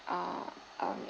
uh um